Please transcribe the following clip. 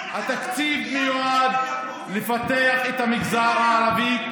התקציב מיועד לפתח את המגזר הערבי,